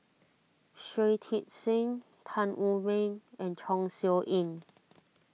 Shui Tit Sing Tan Wu Meng and Chong Siew Ying